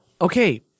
Okay